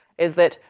is that,